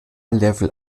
level